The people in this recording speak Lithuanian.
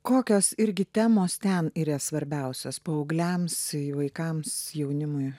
kokios irgi temos ten yra svarbiausios paaugliams vaikams jaunimui